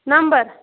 number